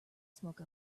smoke